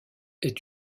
est